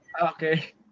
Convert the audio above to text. Okay